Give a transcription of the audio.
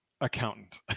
accountant